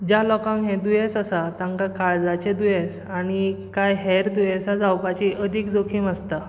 ज्या लोकांक हें दुयेंस आसा तांकां काळजाचें दुयेंस आनी कांय हेर दुयेंसां जावपाची अदीक जोखीम आसता